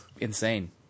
insane